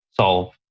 solve